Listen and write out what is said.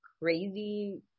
crazy